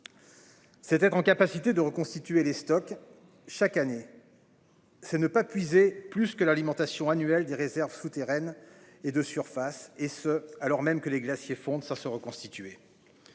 C'était en capacité de reconstituer les stocks chaque année. C'est ne pas puiser plus que l'alimentation annuelle des réserves souterraines et de surface et ce alors même que les glaciers fondent ça se reconstituer.